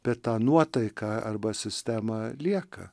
per tą nuotaiką arba sistema lieka